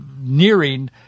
nearing